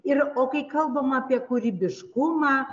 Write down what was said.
ir o kai kalbam apie kūrybiškumą